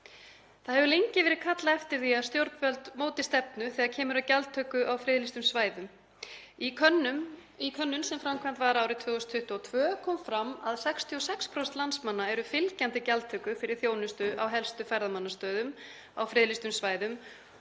Það hefur lengi verið kallað eftir því að stjórnvöld móti stefnu þegar kemur að gjaldtöku á friðlýstum svæðum. Í könnun sem framkvæmd var árið 2022 kom fram að 66% landsmanna eru fylgjandi gjaldtöku fyrir þjónustu á helstu ferðamannastöðum á friðlýstum svæðum